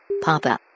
Papa